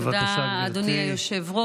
תודה, אדוני היושב-ראש.